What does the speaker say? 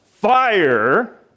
Fire